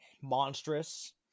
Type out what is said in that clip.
monstrous